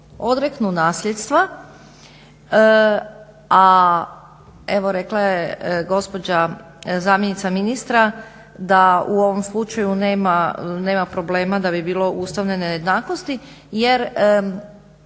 odreknu nasljedstva, a evo rekla je gospođa zamjenica ministra da u ovom slučaju nema problema da bi bilo ustavne nejednakosti jer